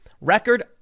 Record